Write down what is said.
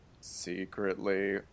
Secretly